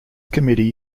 committee